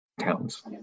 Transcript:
towns